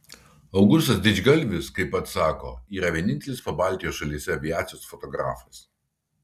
augustas didžgalvis kaip pats sako yra vienintelis pabaltijo šalyse aviacijos fotografas